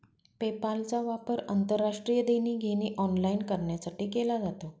पेपालचा वापर आंतरराष्ट्रीय देणी घेणी ऑनलाइन करण्यासाठी केला जातो